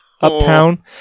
uptown